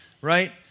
right